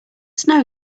snow